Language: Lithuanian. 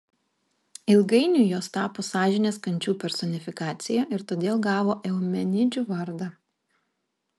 ilgainiui jos tapo sąžinės kančių personifikacija ir todėl gavo eumenidžių vardą